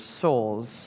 souls